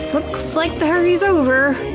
looks like the hurry's over.